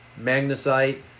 magnesite